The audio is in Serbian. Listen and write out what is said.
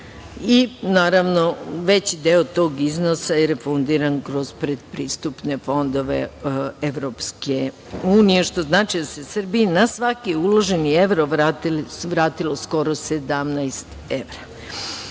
Naravno, veći deo tog iznosa je refundiran kroz pretpristupne fondove Evropske unije, što znači da se Srbiji na svaki uloženi evro vratilo skoro 17